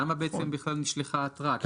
להגיד למה בכלל נשלחה התראה.